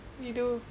you do